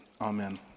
Amen